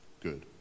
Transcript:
good